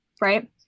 right